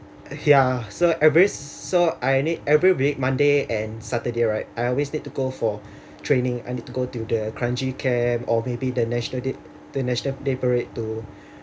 ya so every so I need every week monday and saturday right I always need to go for training I need to go the kranji camp or maybe the national date the national day parade to